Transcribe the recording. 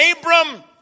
Abram